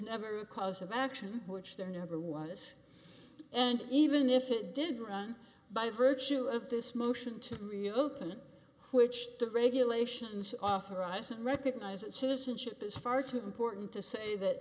never a cause of action which there never was and even if it did run by virtue of this motion to reopen it which the regulations authorize and recognize it susan chip is far too important to say that